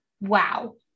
Wow